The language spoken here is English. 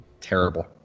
terrible